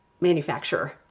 manufacturer